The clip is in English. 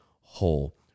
whole